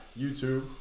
YouTube